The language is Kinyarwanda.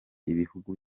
ibihugu